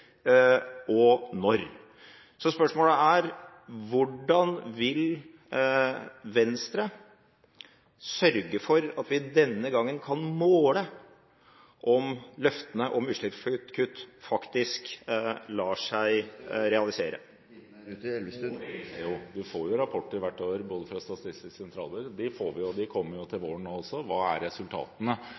og når. Så spørsmålet er: Hvordan vil Venstre sørge for at vi denne gangen kan måle om løftene om utslippskutt faktisk lar seg realisere? Måling skjer jo. Vi får rapporter hvert år fra Statistisk sentralbyrå om resultatene. De kommer nå til våren også. Så er